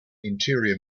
interior